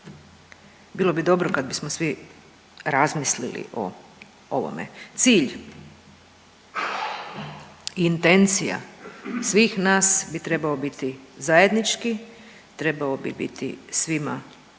Bilo bi dobro kad bismo svi razmislili o ovome. Cilj i intencija svih nas bi trebao biti zajednički, trebao bi biti svima isti,